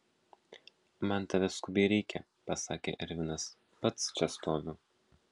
man tavęs skubiai reikia pasakė ervinas pats čia stoviu